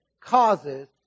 causes